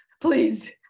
please